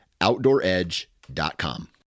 OutdoorEdge.com